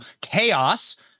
chaos